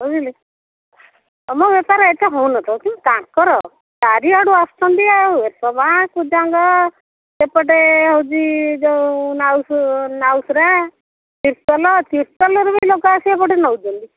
ବୁଝିଲେ ତମ ବେପାର ଏତେ ହେଉନଥିବ କିନ୍ତୁ ତାଙ୍କର ଚାରିଆଡ଼ୁ ଆସୁଛନ୍ତି ଆଉ ଏସବ କୂଜାଙ୍ଗ ଏପଟେ ହେଉଛି ଯୋଉ ନାଉସ ନାଉସୁରା ଚିତ୍ତୋଲ ଚିତ୍ତୋଲରୁ ବି ଲୋକ ଆସି ଏପଟେ ନେଉଛନ୍ତି